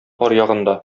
аръягында